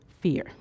fear